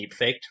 deepfaked